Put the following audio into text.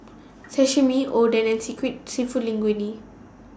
Sashimi Oden and Seafood Linguine